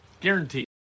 Guaranteed